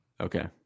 okay